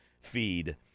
feed